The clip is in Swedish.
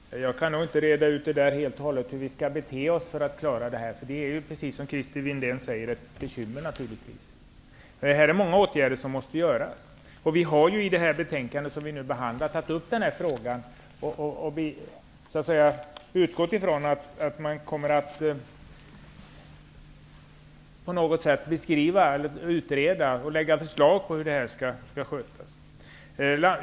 Herr talman! Jag kan nog inte reda ut helt och hållet hur vi skall bete oss för att lösa det problemet, för precis som Christer Windén säger är detta naturligtvis ett bekymmer. Det är många åtgärder som måste vidtas. I det betänkande som nu behandlas har vi tagit upp frågan och utgått ifrån att man på något sätt kommer att utreda detta och lägga fram förslag om hur det skall skötas.